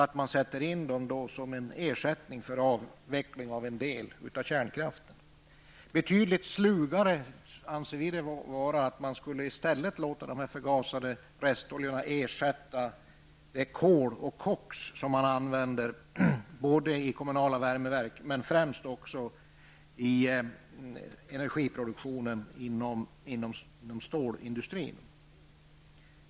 Det finns också risk för att restoljorna ersätter en del av den kärnkraft som skall avvecklas. Vi anser att det vore betydligt slugare att låta de förgasade restoljorna ersätta det kol och den koks som används i kommunala värmeverk och främst i energiproduktion inom stålindustrin.